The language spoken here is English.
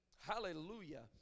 Hallelujah